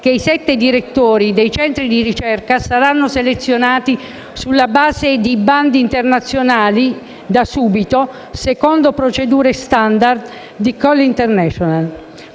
che i sette direttori dei centri di ricerca saranno selezionati sulla base di bandi internazionali da subito, secondo procedure *standard* di *call* internazionale.